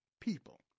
people